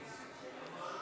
37